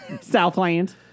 Southland